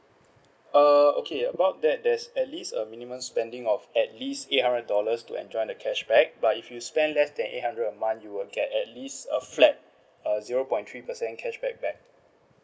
uh okay about that there's at least a minimum spending of at least eight hundred dollars to enjoy the cashback but if you spend less than eight hundred a month you will get at least a flat uh zero point three percent cashback back